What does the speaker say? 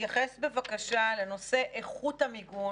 תתייחס בבקשה לנושא איכות המיגון